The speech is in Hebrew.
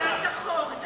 אתה שחור.